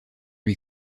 lui